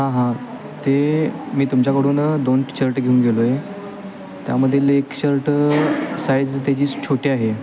हां हां ते मी तुमच्याकडून दोन शर्ट घेऊन गेलो आहे त्यामधील एक शर्ट साईज त्याची छोटी आहे